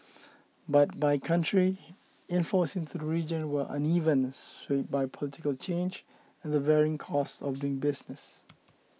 but by country inflows into the region were uneven swayed by political change and the varying costs of doing business